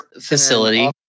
facility